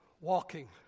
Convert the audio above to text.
walking